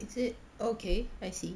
is it okay I see